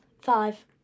five